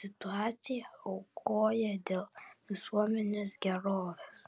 situaciją aukoja dėl visuomenės gerovės